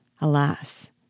Alas